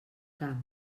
camp